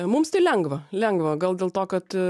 mums tai lengva lengva gal dėl to kad